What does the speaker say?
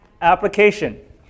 application